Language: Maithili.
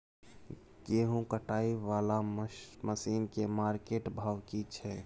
गेहूं कटाई वाला मसीन के मार्केट भाव की छै?